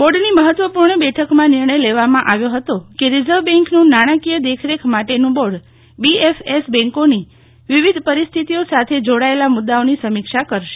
બોર્ડની મહત્વપૂર્ણ બેઠકમાં નિર્ણય લેવામાં આવ્યો હતો કેરીઝર્વ બેન્કનું નાણાંકીય દેખરેખ માટેનું બોર્ડ બીએફએસ બેન્કોની વિવિધ પરિસ્થિતિઓ સાથે જોડાયેલાં મુદ્દાઓની સમીક્ષા કરશે